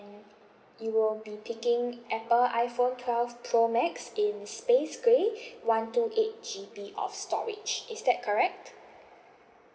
you will be picking apple iphone twelve pro max in space grey one two eight G_B of storage is that correct